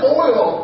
oil